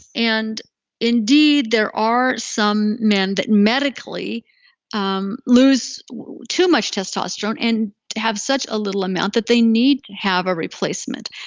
and indeed, there are some men that medically um lose too much testosterone, and have such a little amount, that they need to have a replacement.